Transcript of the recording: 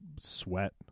sweat